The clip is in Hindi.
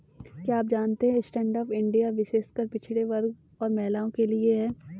क्या आप जानते है स्टैंडअप इंडिया विशेषकर पिछड़े वर्ग और महिलाओं के लिए है?